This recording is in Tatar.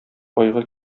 айгыр